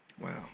wow